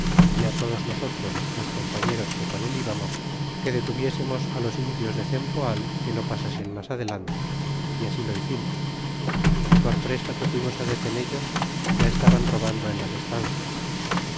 y todos nosotros los compañeros que con al íbamos que detuviésemos los indios de cempoal que no pasasen mas adelante y así lo hicimos y por presto que fuimos detenellos ya estaban robando en las estancias